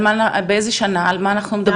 על איזו שנה אנחנו מדברות?